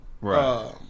Right